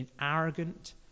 arrogant